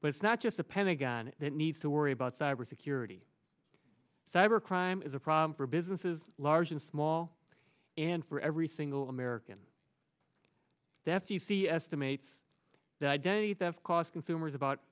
but it's not just the pentagon that needs to worry about cyber security cyber crime is a problem for businesses large and small and for every single american that c c estimates the identity theft cost consumers about